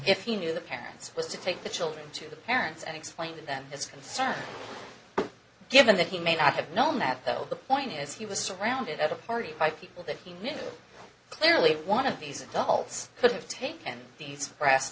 if he knew the parents was to take the children to the parents and explain to them his concerns given that he may not have known that though the point is he was surrounded at a party by people that he knew clearly one of these adults could have taken these brass